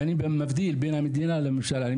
ואני מבדיל בין המדינה לממשלה,